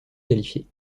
qualifiés